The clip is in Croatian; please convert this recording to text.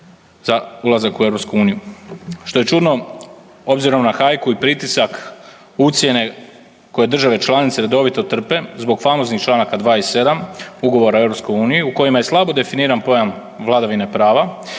za ulazak u EU, što je čudno obzirom na hajku i pritisak ucjene koje države članice redovito trpe zbog famoznih članaka 2. i 7. Ugovora o EU u kojima je slabo definiran pojam vladavine prava